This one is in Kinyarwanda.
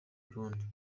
burundi